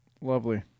Lovely